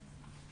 ממשרד הרווחה